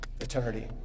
eternity